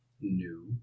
new